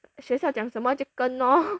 学校讲什么就跟咯